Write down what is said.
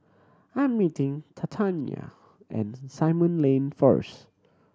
I'm meeting Tatyanna at Simon Lane first